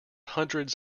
hundreds